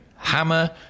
Hammer